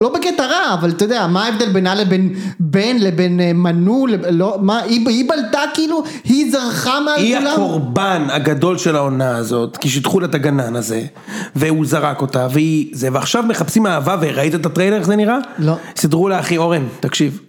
לא בקטע רע, אבל אתה יודע, מה ההבדל בינה לבין בן, לבין מנו, היא בלטה כאילו, היא זרחה מהגולם. היא הקורבן הגדול של ההונאה הזאת, כי שידכו לה את הגנן הזה, והוא זרק אותה, ועכשיו מחפשים אהבה, וראית את הטריילר, איך זה נראה? לא. סדרו לה אחי אורן, תקשיב.